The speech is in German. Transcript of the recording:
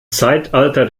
zeitalter